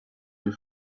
you